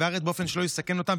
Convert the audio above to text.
בשם שר המשפטים,